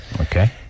Okay